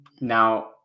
Now